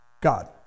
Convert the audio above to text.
God